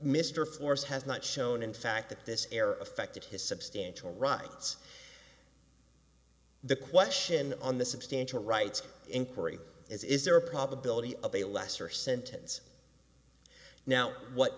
mr force has not shown in fact that this error affected his substantial rights the question on the substantial rights inquiry is is there a probability of a lesser sentence now what